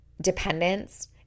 dependence